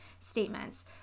statements